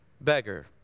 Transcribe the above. beggar